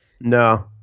no